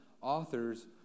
authors